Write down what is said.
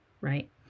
right